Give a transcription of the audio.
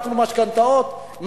נתנו משכנתאות,